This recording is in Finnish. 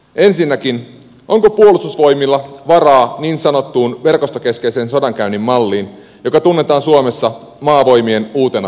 ensinnäkin onko puolustusvoimilla varaa niin sanottuun verkostokeskeisen sodankäynnin malliin joka tunnetaan suomessa maavoimien uutena taistelutapana